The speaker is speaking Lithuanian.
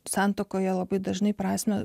santuokoje labai dažnai prasmę